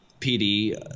PD